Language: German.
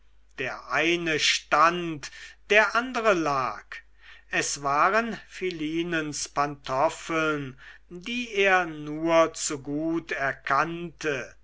der eine stand der andere lag es waren philinens pantoffeln die er nur zu gut erkannte